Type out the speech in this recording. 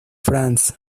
france